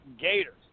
Gators